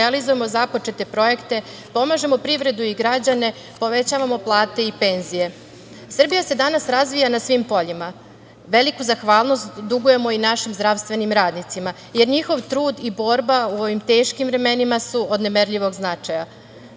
realizujemo započete projekte, pomažem privredu i građane, povećavamo plate i penzije. Srbija se danas razvija na svim poljima. Veliku zahvalnost dugujemo i našim zdravstvenim radnicima, jer njihov trud i borba u ovim teškim vremenima su od nemerljivog značaja. Država